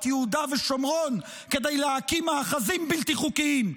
יהודה ושומרון כדי להקים מאחזים בלתי חוקיים.